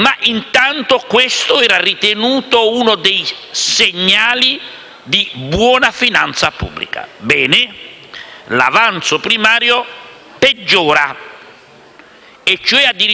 ma intanto questo era ritenuto uno dei segnali di buona finanza pubblica. Bene: l'avanzo primario peggiora, addirittura